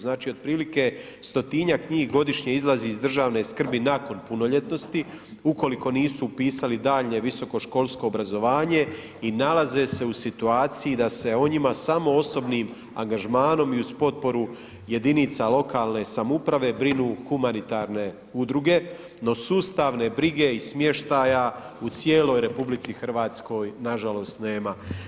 Znači otprilike stotinjak njih godišnje izlazi iz državne skrbi nakon punoljetnosti, ukoliko nisu upisali daljnje visokoškolsko obrazovanje i nalaze se u situaciji da se o njima samo osobnim angažmanom i uz potporu jedinica lokalne samouprave brinu humanitarne udruge, no sustavne brige i smještaja u cijeloj RH nažalost nema.